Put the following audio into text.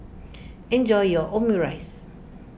enjoy your Omurice